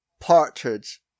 Partridge